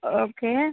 okay